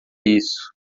isso